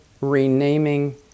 renaming